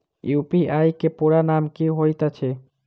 UPI केँ पूरा नाम की होइत अछि?